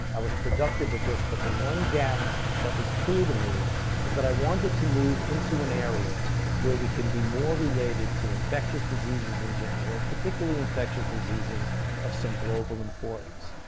i was productive at this, but the one gap that was clear to me was that i wanted to move into an area where we could be more related to infectious diseases in general, particularly infectious diseases of some global importance.